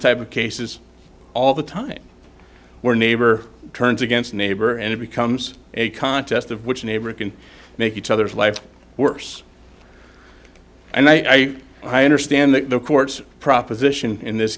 type of cases all the time where neighbor turns against neighbor and it becomes a contest of which neighbor can make each other's life worse and i i understand that the courts proposition in this